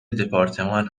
دپارتمان